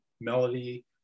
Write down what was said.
melody